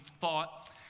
thought